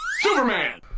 superman